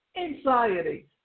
anxiety